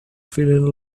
feeling